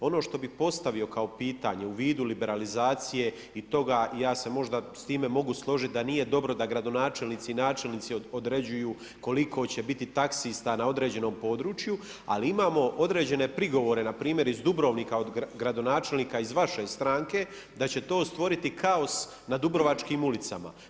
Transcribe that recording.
Ono što bi postavio kao pitanje u vidu liberalizacije i toga, ja se možda s time mogu složiti da nije dobro, da gradonačelnici i načelnici određuju koliko će biti taksista na određenom području, ali imamo određene prigovore npr. iz Dubrovnika iz gradonačelnika iz vaše stranke da će to stvoriti kaos na dubrovačkim ulicama.